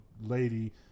lady